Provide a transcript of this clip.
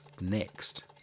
next